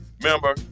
Remember